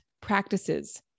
practices